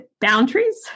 boundaries